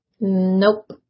Nope